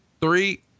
three